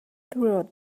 throughout